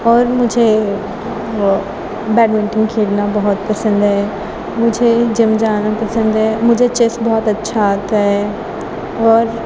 اور مجھے وہ بیڈمنٹن کھیلنا بہت پسند ہے مجھے جم جانا پسند ہے مجھے چیس بہت اچھا آتا ہے اور